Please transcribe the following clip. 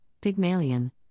Pygmalion